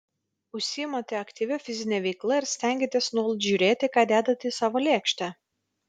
užsiimate aktyvia fizine veikla ir stengiatės nuolat žiūrėti ką dedate į savo lėkštę